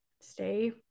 stay